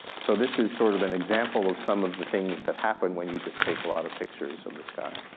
so this is sort of an example of some of the things that happen when you just take a lot of pictures of the sky.